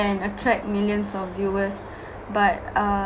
attract millions of viewers but uh